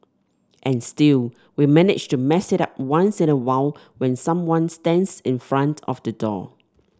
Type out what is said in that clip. and still we manage to mess it up once in a while when someone stands in front of the door